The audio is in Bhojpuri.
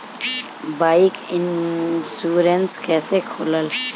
बाईक इन्शुरन्स कैसे होखे ला?